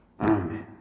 Amen